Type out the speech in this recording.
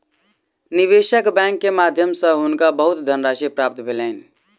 निवेशक बैंक के माध्यम सॅ हुनका बहुत धनराशि प्राप्त भेलैन